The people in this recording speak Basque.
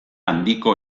handiko